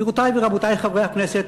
גבירותי ורבותי חברי הכנסת,